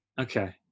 Okay